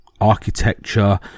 architecture